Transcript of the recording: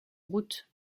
route